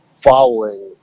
following